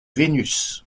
vénus